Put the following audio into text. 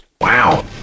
Wow